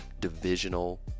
divisional